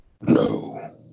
No